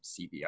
CBI